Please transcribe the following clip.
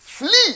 Flee